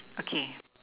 okay